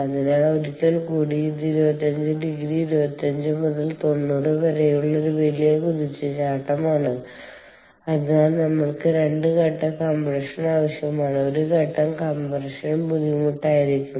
അതിനാൽ ഒരിക്കൽ കൂടി ഇത് 25 ഡിഗ്രി 25 മുതൽ 90 വരെ ഒരു വലിയ കുതിച്ചുചാട്ടമാണ് അതിനാൽ നമ്മൾക്ക് 2 ഘട്ട കംപ്രഷൻ ആവശ്യമാണ് ഒരു ഘട്ടം കംപ്രഷൻ ബുദ്ധിമുട്ടായിരിക്കും